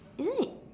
isn't it